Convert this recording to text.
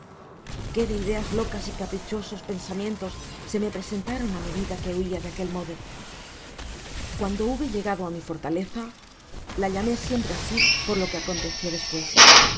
qué de ideas locas y caprichosos pensamientos se me presentaron á medida que huia de aquel modo cuando hube llegado á mi fortaleza la llamé siempre asi por lo que aconteció despues me